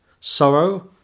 Sorrow